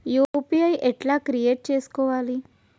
UPI ఎట్లా create చేసుకోవాలి?